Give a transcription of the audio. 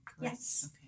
Yes